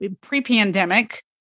pre-pandemic